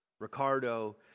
Ricardo